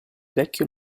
vecchio